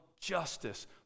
justice